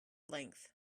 length